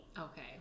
Okay